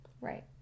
Right